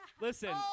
Listen